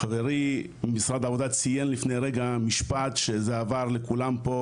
חברי ממשרד העבודה ציין לפני רגע משפט שזה עבר לכולם פה